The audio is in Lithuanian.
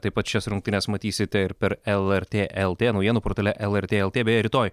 taip pat šias rungtynes matysite ir per lrt lt naujienų portale lrt lt beje rytoj